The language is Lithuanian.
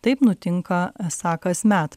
taip nutinka esą kasmet